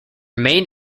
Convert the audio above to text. main